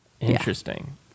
Interesting